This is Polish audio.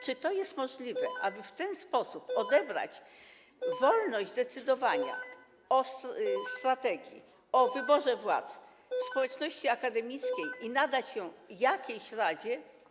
Czy to jest możliwe, aby w ten sposób odebrać wolność decydowania o strategii, o wyborze władz, społeczności akademickiej i nadać ją jakiejś radzie?